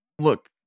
Look